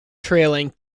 trailing